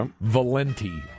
Valenti